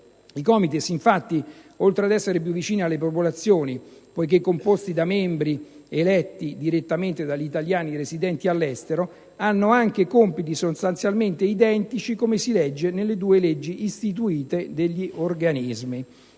Questi, infatti, oltre ad essere più vicini alla popolazione poiché composti da membri eletti direttamente dagli italiani residenti all'estero, hanno anche compiti sostanzialmente identici, come si legge nelle due leggi istitutive degli organismi.